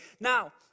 Now